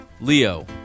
Leo